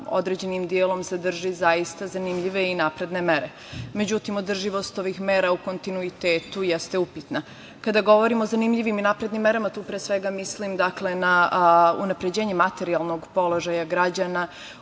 određenim delom sadrži zaista zanimljive i napredne mere. Međutim, održivost ovih mera u kontinuitetu jeste upitna. Kada govorimo o zanimljivim i naprednim merama, tu pre svega mislim na unapređenje materijalnog položaja građana